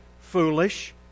foolish